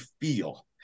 feel